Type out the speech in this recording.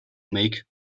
make